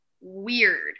weird